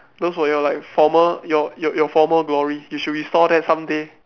those were your like former your your your former glory you should restore that someday